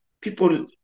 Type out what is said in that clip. people